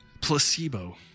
Placebo